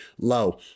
low